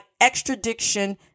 extradition